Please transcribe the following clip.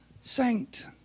saint